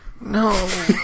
No